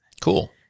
Cool